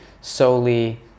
solely